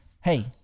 Hey